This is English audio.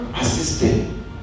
assisting